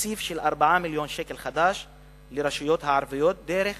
תקציב של 4 מיליוני שקלים לרשויות הערביות דרך